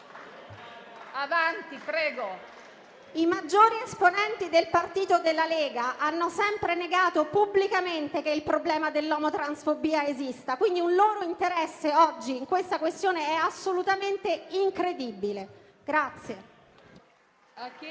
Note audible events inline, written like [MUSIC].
*(M5S)*. I maggiori esponenti del partito della Lega hanno sempre negato pubblicamente che il problema dell'omotransfobia esista, per cui il loro interesse oggi sulla questione è assolutamente incredibile. [APPLAUSE]